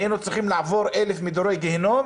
היינו צריכים לעבור 1,000 מדורי גיהינום